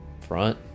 front